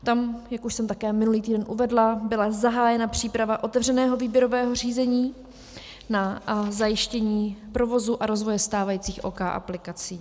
Tam, jak už jsem také minulý týden uvedla, byla zahájena příprava otevřeného výběrového řízení na zajištění provozu a rozvoje stávajících OK aplikací.